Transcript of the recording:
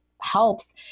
helps